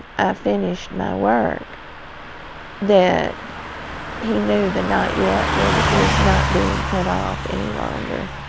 finished my work that he knew that not yet was was not being put off any longer.